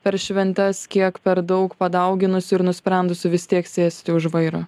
per šventes kiek per daug padauginusių ir nusprendusių vis tiek sėsti už vairo